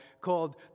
called